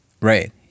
Right